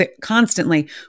constantly